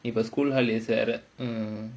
இப்ப:ippa school lah leave சேர:sera